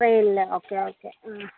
ട്രെയിനിൽ okay okay ആ